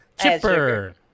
chipper